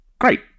great